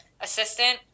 assistant